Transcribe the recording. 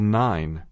nine